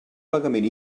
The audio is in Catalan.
pagament